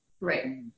Right